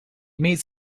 meets